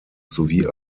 sowie